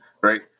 right